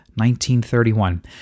1931